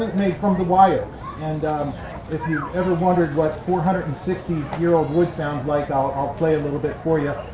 made from the wire and um if you ever wondered what four hundred and sixty year old wood sounds like, i'll play a little bit for ya,